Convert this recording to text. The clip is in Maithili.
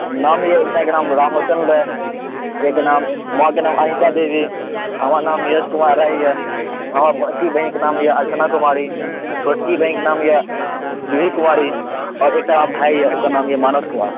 नाम यऽ पिताके रामचंदर माँके नाम अनिता देवी हमर नाम यश कुमार राय यऽ हमर बड़की बहिनके नाम यऽ अर्चना कुमारी छोटकी बहिनके नाम यऽ जूही कुमारी आ आर एकटा आओर भाय यऽ ओकर नाम यऽ मानस कुमार